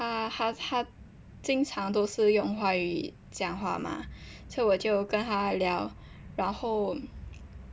他他他经常都是用华语讲话吗所以我就跟他聊然后